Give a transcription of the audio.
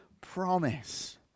promise